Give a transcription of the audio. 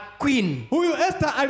queen